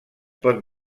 pot